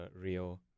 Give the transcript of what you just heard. Rio